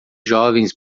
jovens